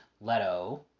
Leto